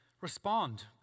Respond